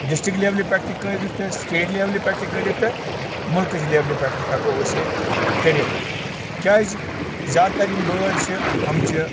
district لیولہ پٮ۪ٹھ تہِ کٔرِتھ أسۍ سٹیٹ لیولہِ پٮ۪ٹھ تہِ کٔرِتھ تہٕ مُلکٕچۍ لیولہِ پٮ۪ٹھ تہِ ہیٚکو أسۍ یہِ کٔرِتھ کیٛازِ زیادٕ تر یم بٲرڑ چھِ یِم چھِ